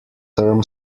term